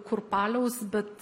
kurpaliaus bet